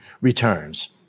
returns